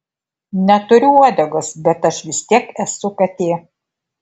neturiu uodegos bet aš vis tiek esu katė